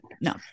no